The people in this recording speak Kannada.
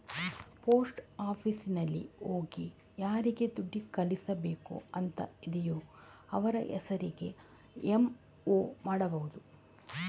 ಪೋಸ್ಟ್ ಆಫೀಸಿನಲ್ಲಿ ಹೋಗಿ ಯಾರಿಗೆ ದುಡ್ಡು ಕಳಿಸ್ಬೇಕು ಅಂತ ಇದೆಯೋ ಅವ್ರ ಹೆಸರಿಗೆ ಎಂ.ಒ ಮಾಡ್ಬಹುದು